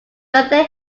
further